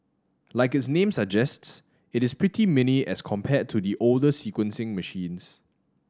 like its name suggests it is pretty mini as compared to the older sequencing machines